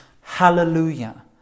Hallelujah